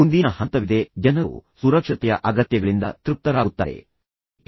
ಮುಂದಿನ ಹಂತವಿದೆ ಜನರು ಸುರಕ್ಷತೆಯ ಅಗತ್ಯಗಳಿಂದ ತೃಪ್ತರಾಗುತ್ತಾರೆ ಮತ್ತು ನಂತರ ಅವರು ನಿಲ್ಲಿಸುತ್ತಾರೆ ಸರಿ